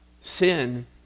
sin